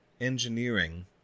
engineering